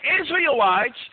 Israelites